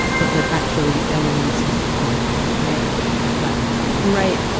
but that actually ah luisa's has kind of made a reference back to. right.